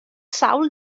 sawl